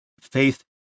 faith